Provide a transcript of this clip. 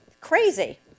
Crazy